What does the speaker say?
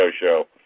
show